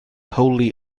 wholly